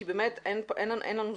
כי באמת אין לנו זמן.